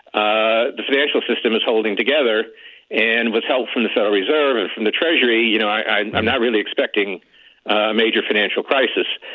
ah the financial system is holding together and with help from the federal reserve and from the treasury, you know i'm not really expecting a major financial crisis.